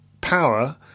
power